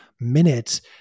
minutes